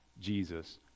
Jesus